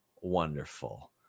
wonderful